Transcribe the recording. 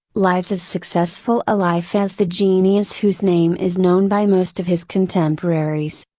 lives as successful a life as the genius whose name is known by most of his contemporaries.